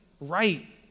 right